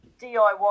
DIY